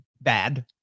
bad